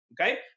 okay